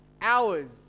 hours